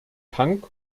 tank